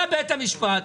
בא בית המשפט,